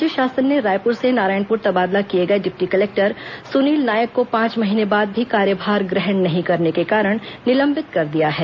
राज्य शासन ने रायपुर से नारायणपुर तबादला किए गए डिप्टी कलेक्टर सुनील नायक को पांच महीने बाद भी कार्यभार ग्रहण नहीं करने के कारण निलंबित कर दिया गया है